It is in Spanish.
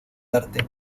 arte